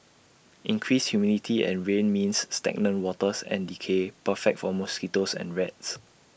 increased humidity and rain means stagnant waters and decay perfect for mosquitoes and rats